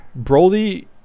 Broly